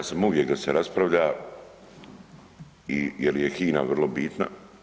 Ja sam uvijek da se raspravlja jer je HINA vrlo bitna.